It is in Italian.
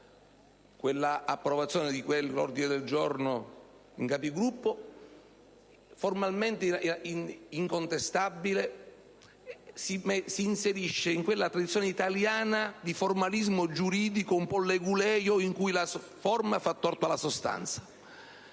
L'approvazione di quel calendario in Conferenza dei Capigruppo, formalmente incontestabile, si inserisce in quella previsione italiana di formalismo giuridico un po' leguleio in cui la forma fa torto alla sostanza.